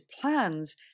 plans